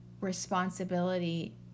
responsibility